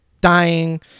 dying